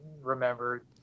remember